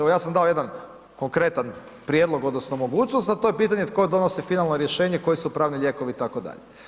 Evo ja sam dao jedan konkretan prijedlog odnosno mogućnost a to je pitanje tko donosi finalno rješenje, koji su pravni lijekovi itd.